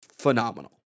phenomenal